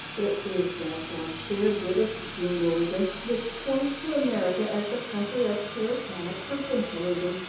it is therefore sheer british jingoism which points to america as the country of puritanic provincialism.